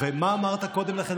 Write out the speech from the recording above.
ומה אמרת קודם לכן?